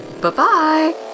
Bye-bye